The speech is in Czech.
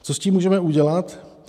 Co s tím můžeme udělat?